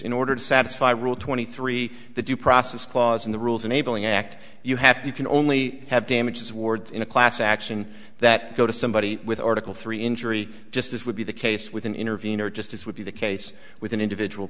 in order to satisfy rule twenty three the due process clause in the rules in a building act you have you can only have damages words in a class action that go to somebody with article three injury just as would be the case with an intervener just as would be the case with an individual